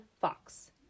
fox